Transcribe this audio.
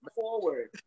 forward